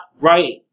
right